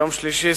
יום שלישי,